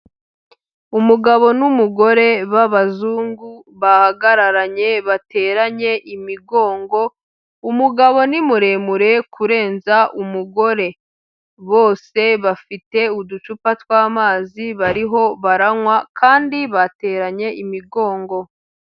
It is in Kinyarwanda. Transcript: Umugabo n'umugore b'abazungu bahagararanye bateranye imigongo, umugabo ni muremure kurenza umugore, bose bafite uducupa tw'amazi bariho baranywa kandi bateranye imigongo.